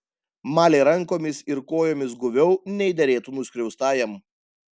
malė rankomis ir kojomis guviau nei derėtų nuskriaustajam